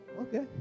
okay